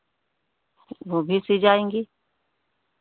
वो भी सिल जाएगी